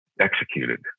executed